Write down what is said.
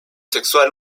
sexual